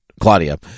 Claudia